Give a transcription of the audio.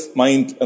mind